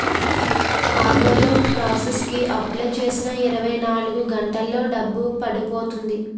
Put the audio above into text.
auto loan process కి apply చేసిన ఇరవై నాలుగు గంటల్లో డబ్బు పడిపోతుంది